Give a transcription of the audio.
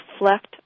reflect